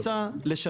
עוד בארץ המוצא שלהם.